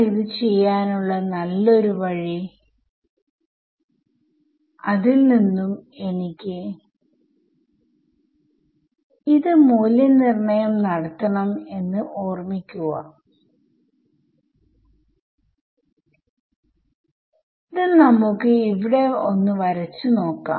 അപ്പോൾ ഇവിടെ ഞാൻ എഴുതിയതിൽ 3 പോയന്റുകളിൽ മൂല്യനിർണ്ണയം ചെയ്തിട്ടുണ്ട് അപ്പോൾ രണ്ടു അടുത്തടുത്ത പോയിന്റുകൾ തമ്മിലുള്ള ദൂരം എന്തായിരിക്കും